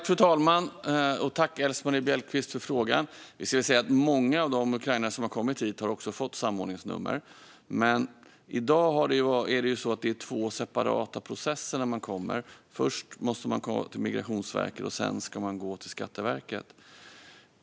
Fru talman! Tack, Elsemarie Bjellqvist, för frågan! Det ska sägas att många av de ukrainare som kommit hit också har fått samordningsnummer. Men i dag är det så att det är två separata processer när man kommer. Först måste man gå till Migrationsverket, och sedan ska man gå till Skatteverket.